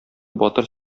батыр